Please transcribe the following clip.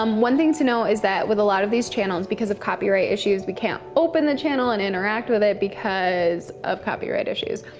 um one thing to note is that, with a lot of these channels, because of copyright issues, we can't open the channel and interact with it because of copyright issues.